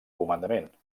comandament